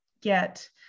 get